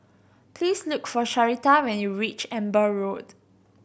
please look for Sharita when you reach Amber Road